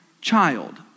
child